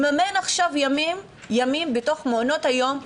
לממן עכשיו ימים בתוך מעונות היום,